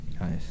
Nice